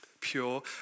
pure